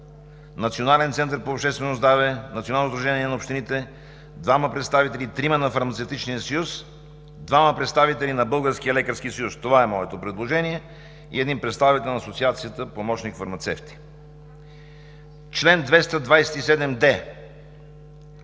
Национален център по обществено здраве, Национално сдружение на общините, двама представители..., трима на Фармацевтичния съюз, двама представители на Българския лекарски съюз“ – това е моето предложение – и един представител на Асоциацията „Помощник фармацевти“.“ Чл. 227д.